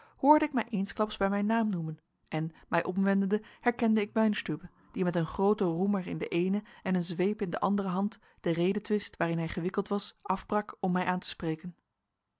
hoorde ik mij eensklaps bij mijn naam noemen en mij omwendende herkende ik weinstübe die met een grooten roemer in de eene en een zweep in de andere hand den redetwist waarin hij gewikkeld was afbrak om mij aan te spreken